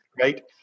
right